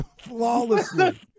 flawlessly